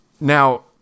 Now